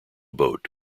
boat